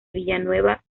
villanueva